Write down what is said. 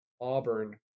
Auburn